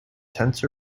tents